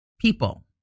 People